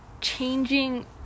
changing